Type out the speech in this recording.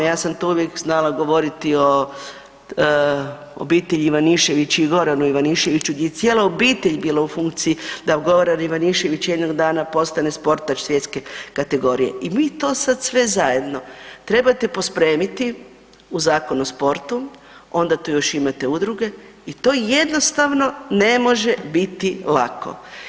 Ja sam tu uvijek znala govoriti o obitelji Ivanišević i Goranu Ivaniševiću gdje je cijela obitelj bila u funkciji da Goran Ivanišević jednog dana postane sportaš svjetske kategorije i mi to sad sve zajedno trebate pospremiti u Zakon o sportu onda tu još imate udruge i to jednostavno ne može biti lako.